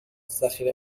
ذخیره